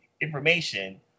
information